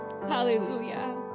Hallelujah